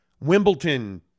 Wimbledon